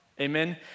amen